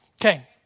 Okay